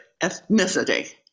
ethnicity